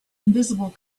invisible